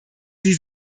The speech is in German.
sie